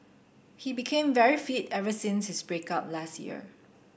he became very fit ever since his break up last year